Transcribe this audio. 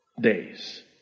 days